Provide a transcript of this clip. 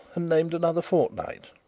and named another fortnight.